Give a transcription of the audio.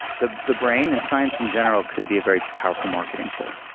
the the brain and science in general could be a very powerful marketing tool.